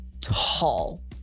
tall